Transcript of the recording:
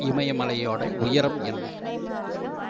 இமயமலையோட உயரம் என்ன